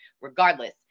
Regardless